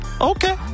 Okay